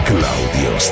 Claudio